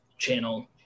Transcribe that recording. channel